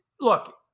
look